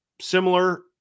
Similar